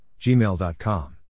gmail.com